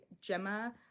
Gemma